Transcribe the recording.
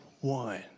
one